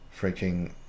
freaking